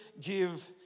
give